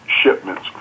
shipments